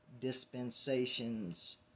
dispensations